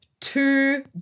two